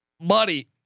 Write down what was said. Buddy